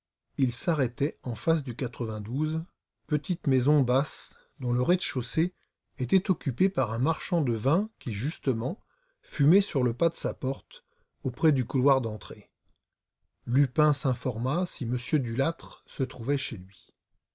il s'arrêtait en face du petite maison basse dont le rez-de-chaussée était occupé par un marchand de vins qui justement fumait sur le pas de sa porte auprès du couloir d'entrée lupin s'informa si m dulâtre se trouvait chez lui